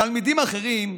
תלמידים אחרים,